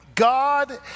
God